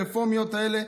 הרפורמיות האלה,